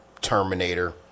terminator